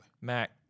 Mac